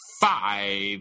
five